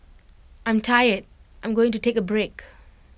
I'm tired I'm going to take A break